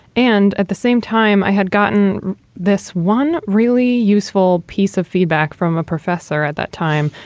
and at the same time, i had gotten this one really useful piece of feedback from a professor at that time.